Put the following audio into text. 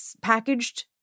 packaged